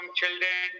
children